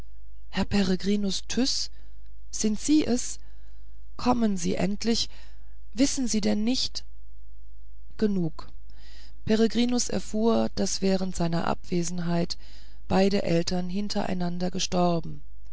herr peregrinus tyß sind sie es kommen sie endlich wissen sie denn nicht genug peregrinus erfuhr daß während seiner abwesenheit beide eltern hintereinander gestorben